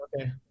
Okay